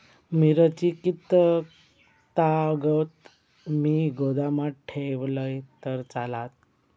मिरची कीततागत मी गोदामात ठेवलंय तर चालात?